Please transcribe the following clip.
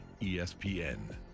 ESPN